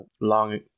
long